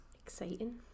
Exciting